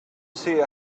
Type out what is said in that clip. see